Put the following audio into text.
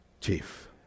chief